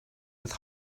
with